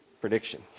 Prediction